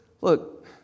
look